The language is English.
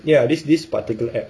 ya this this particular app